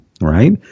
right